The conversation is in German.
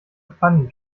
pfannen